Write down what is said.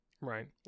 right